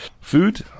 Food